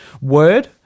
word